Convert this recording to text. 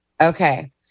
Okay